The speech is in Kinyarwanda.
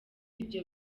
ibyo